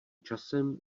časem